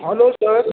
hello sir